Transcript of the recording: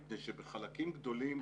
מפני שבחלקים גדולים,